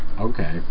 Okay